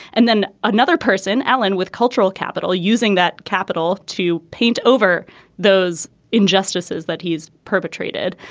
and then another person alan with cultural capital using that capital to paint over those injustices that he's perpetrated.